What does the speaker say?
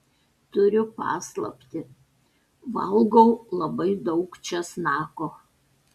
turiu paslaptį valgau labai daug česnako